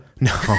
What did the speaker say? no